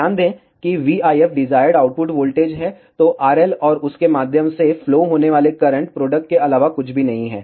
ध्यान दें कि vIF डिजायर्ड आउटपुट वोल्टेज है तो RL और उसके माध्यम से फ्लो होने वाले करंट प्रोडक्ट के अलावा कुछ भी नहीं है